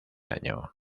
año